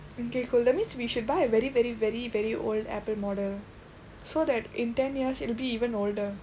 okay cool that means we should buy a very very very very old apple model so that in ten years it'll be even older